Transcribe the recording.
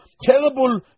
terrible